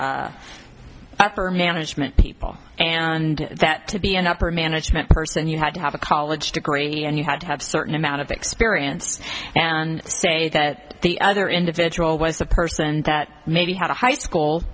were upper management people and that to be an upper management person you had to have a college degree and you had to have certain amount of experience and say that the other individual was a person that maybe had a high school